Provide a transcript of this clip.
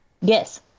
Yes